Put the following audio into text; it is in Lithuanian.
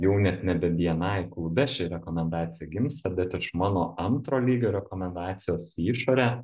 jau net nebe bni klube ši rekomendacija gimsta bet iš mano antro lygio rekomendacijos į išorę